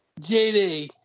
JD